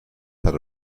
had